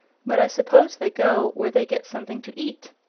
but i suppose they go where they get something to eat.